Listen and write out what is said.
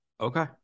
Okay